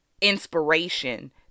inspiration